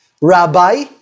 Rabbi